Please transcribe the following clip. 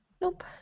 Nope